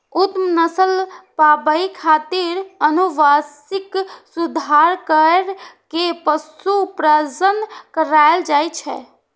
उत्तम नस्ल पाबै खातिर आनुवंशिक सुधार कैर के पशु प्रजनन करायल जाए छै